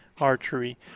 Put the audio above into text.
archery